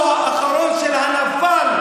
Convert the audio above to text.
מפלטו האחרון של הנבל,